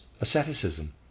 asceticism